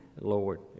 Lord